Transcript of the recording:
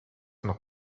noch